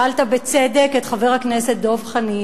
שאלת בצדק את חבר הכנסת דב חנין,